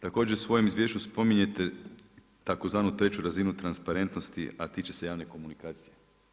Također u svojem izvješću spominjete tzv. 3 razinu transparentnosti a tiče se javne komunikacije.